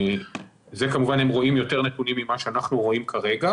הם כמובן רואים יותר נתונים ממה שאנחנו רואים כרגע.